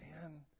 Man